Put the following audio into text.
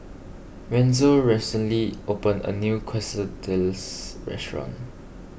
Wenzel recently opened a new Quesadillas restaurant